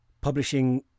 publishing